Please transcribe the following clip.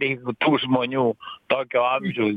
jeigu tų žmonių tokio amžiaus